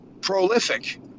prolific